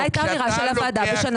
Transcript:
זו הייתה האמירה של הוועדה בשנה